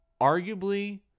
arguably